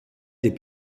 des